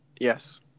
Yes